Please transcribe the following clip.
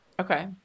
Okay